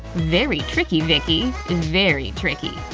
very tricky, vicky. and very tricky.